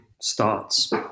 starts